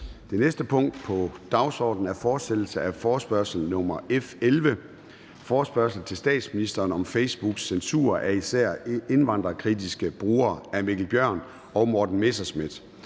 Det næste punkt på dagsordenen er: 2) Fortsættelse af forespørgsel nr. F 11 [afstemning]: Forespørgsel til statsministeren om Facebooks censur af især indvandringskritiske brugere. Af Mikkel Bjørn (DF) og Morten Messerschmidt